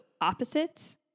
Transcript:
opposites